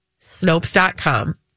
snopes.com